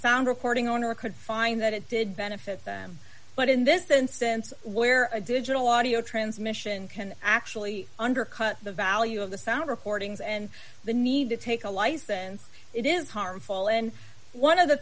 sound recording owner could find that it did benefit them but in this instance where a digital audio transmission can actually undercut the value of the sound recordings and the need to take a license it is harmful and one of the